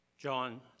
John